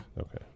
Okay